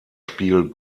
spiel